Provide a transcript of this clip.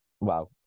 Wow